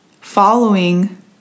following